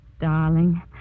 Darling